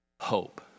hope